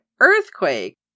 earthquake